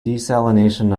desalination